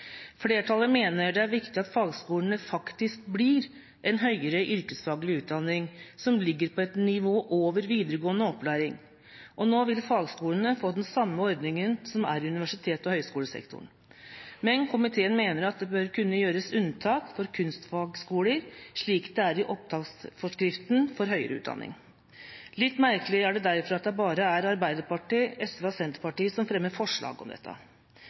Flertallet mener det er viktig at fagskolene faktisk blir en høyere yrkesfaglig utdanning som ligger på et nivå over videregående opplæring. Nå vil fagskolene få den samme ordningen som er i universitets- og høyskolesektoren, men komiteen mener at det bør kunne gjøres unntak for kunstfagskoler, slik det er i opptaksforskriften for høyere utdanning. Litt merkelig er det derfor at det bare er Arbeiderpartiet, SV og Senterpartiet som fremmer forslag om dette.